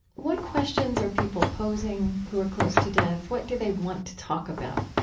what questions are people posing who are close to death? what do they want to talk about?